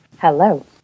Hello